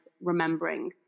remembering